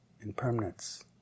impermanence